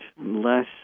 less